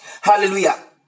Hallelujah